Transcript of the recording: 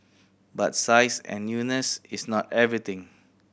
but size and newness is not everything